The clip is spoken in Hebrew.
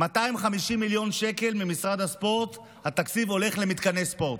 250 מיליון שקל מתקציב משרד הספורט הולכים למתקני ספורט.